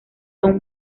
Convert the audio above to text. aún